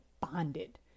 bonded